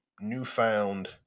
newfound